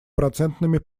процентными